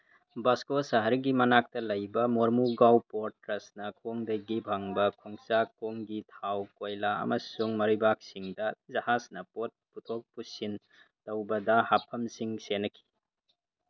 ꯚꯥꯁꯀꯣ ꯁꯍꯔꯒꯤ ꯃꯅꯥꯛꯇ ꯂꯩꯕ ꯃꯣꯔꯃꯨꯒꯥꯎ ꯄꯣꯔꯠ ꯇ꯭ꯔꯁꯅ ꯈꯣꯡꯗꯒꯤ ꯐꯪꯕ ꯈꯣꯡꯆꯥꯛ ꯈꯣꯡꯒꯤ ꯊꯥꯎ ꯀꯣꯏꯂꯥ ꯑꯃꯁꯨꯡ ꯃꯔꯩꯕꯥꯛꯁꯤꯡꯗ ꯖꯍꯥꯁꯅ ꯄꯣꯠ ꯄꯨꯊꯣꯛ ꯄꯨꯁꯤꯟ ꯇꯧꯕꯗ ꯍꯥꯞꯐꯝꯁꯤꯡ ꯁꯦꯟꯅꯈꯤ